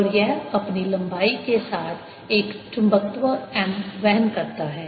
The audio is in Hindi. और यह अपनी लंबाई के साथ एक चुंबकत्व M वहन करता है